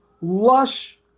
lush